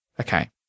Okay